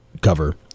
cover